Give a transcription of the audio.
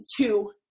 two